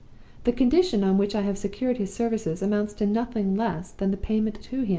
the condition on which i have secured his services amounts to nothing less than the payment to him,